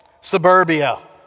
suburbia